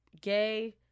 gay